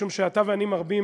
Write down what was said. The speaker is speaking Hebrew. משום שאתה ואני מרבים,